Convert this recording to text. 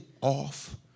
off